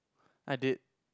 I did